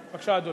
בבקשה, אדוני.